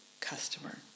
customer